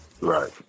Right